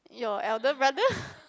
your elder brother